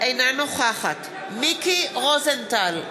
אינה נוכחת מיקי רוזנטל,